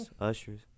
Usher's